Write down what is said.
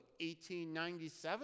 1897